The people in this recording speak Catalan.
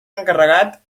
encarregat